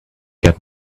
get